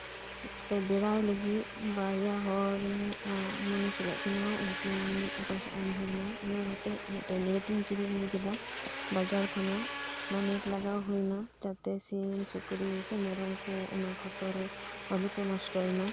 ᱛᱮ ᱵᱮᱲᱟᱭ ᱞᱟᱹᱜᱤᱫ ᱵᱟᱨᱭᱟ ᱦᱚᱲᱤᱧ ᱢᱩᱱᱤᱥ ᱞᱮᱫ ᱠᱤᱱᱟᱹ ᱩᱱᱠᱤᱱ ᱯᱚᱭᱥᱟ ᱮᱢ ᱦᱳᱭ ᱮᱱᱟ ᱤᱱᱟᱹ ᱠᱟᱛᱮ ᱢᱤᱫᱴᱮᱱ ᱱᱮᱴᱤᱧ ᱠᱤᱨᱤᱧ ᱟᱹᱜᱩ ᱠᱮᱫᱟ ᱵᱟᱡᱟᱨ ᱠᱷᱚᱱᱟᱜ ᱚᱱᱟ ᱱᱮᱴ ᱞᱟᱜᱟᱣ ᱦᱳᱭ ᱮᱱᱟ ᱡᱟᱛᱮ ᱥᱤᱢ ᱥᱩᱠᱨᱤ ᱥᱮ ᱢᱮᱨᱚᱢ ᱠᱚ ᱚᱱᱟ ᱯᱷᱚᱥᱚᱞ ᱟᱞᱚᱠᱚ ᱱᱚᱥᱴᱚᱭ ᱢᱟ